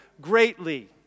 greatly